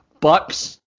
Bucks